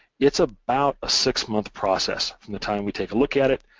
it's about a six-month process from the time we take a look at it,